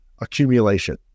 accumulation